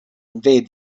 invade